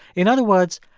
in other words,